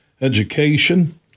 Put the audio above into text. education